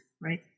right